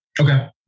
Okay